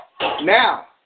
Now